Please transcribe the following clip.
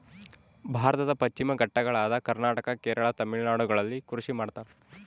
ಭಾರತದ ಪಶ್ಚಿಮ ಘಟ್ಟಗಳಾದ ಕರ್ನಾಟಕ, ಕೇರಳ, ತಮಿಳುನಾಡುಗಳಲ್ಲಿ ಕೃಷಿ ಮಾಡ್ತಾರ?